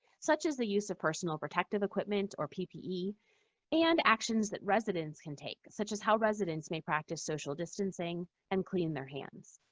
such as the use of personnel protective equipment, or pp and e and actions that residents can take, such as how residents may practice social distancing and clean their hands.